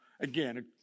Again